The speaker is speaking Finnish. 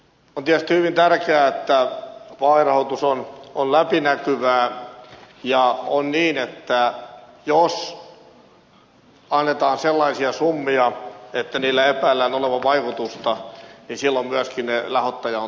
on tietysti hyvin tärkeää että vaalirahoitus on läpinäkyvää ja on niin että jos annetaan sellaisia summia että niillä epäillään olevan vaikutusta niin silloin myöskin se rahoittaja on tiedossa